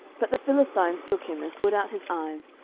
but the philistines took him, and put out his eyes,